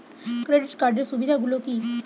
Credit কার্ডের সুবিধা গুলো কি?